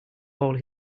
all